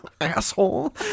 asshole